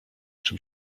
czym